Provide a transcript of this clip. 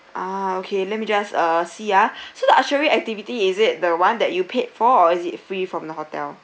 ah okay let me just uh see ah so the archery activity is it the one that you paid for or is it free from the hotel